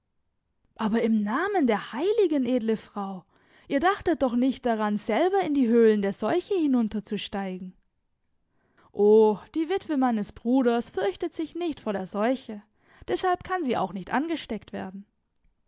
aber im namen der heiligen edle frau ihr dachtet doch nicht daran selber in die höhlen der seuche hinunterzusteigen o die witwe meines bruders fürchtet sich nicht vor der seuche deshalb kann sie auch nicht angesteckt werden